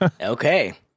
Okay